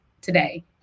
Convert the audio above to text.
today